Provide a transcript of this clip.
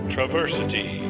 Traversity